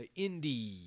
indie